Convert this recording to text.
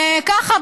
וככה,